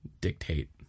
dictate